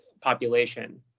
population